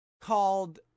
called